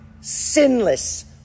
sinless